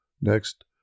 Next